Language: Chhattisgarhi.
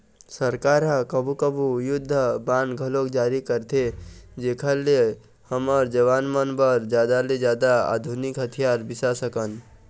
सरकार ह कभू कभू युद्ध बांड घलोक जारी करथे जेखर ले हमर जवान मन बर जादा ले जादा आधुनिक हथियार बिसा सकन